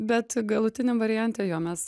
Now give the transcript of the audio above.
bet galutiniam variante jo mes